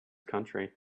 country